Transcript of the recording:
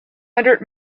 hundred